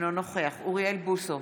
אינו נוכח אוריאל בוסו,